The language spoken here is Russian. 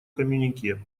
коммюнике